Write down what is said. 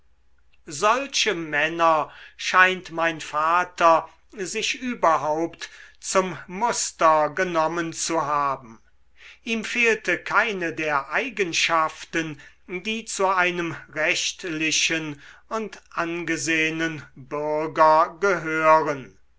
solche männer scheint mein vater sich überhaupt zum muster genommen zu haben ihm fehlte keine der eigenschaften die zu einem rechtlichen und angesehnen bürger gehören